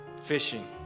fishing